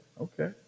okay